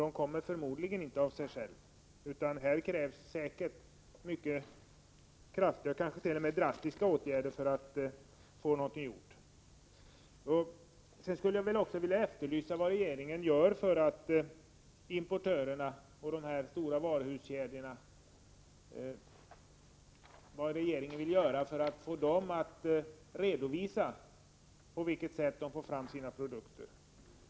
De kommer förmodligen inte till av sig själva, utan det krävs säkerligen mycket kraftiga och kanske t.o.m. drastiska åtgärder för att något skall bli gjort. Jag vill också efterlysa vad regeringen gör för att de stora tekoimporterande varuhuskedjorna skall redovisa på vilket sätt de får fram sina produkter.